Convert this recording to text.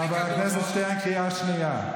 חבר הכנסת שטרן, קריאה שנייה.